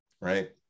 Right